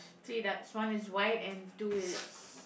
three ducks one is white and two is